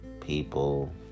people